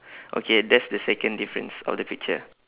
okay that's the second difference of the picture